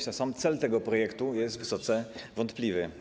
sam cel tego projektu jest wysoce wątpliwy.